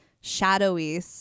shadowy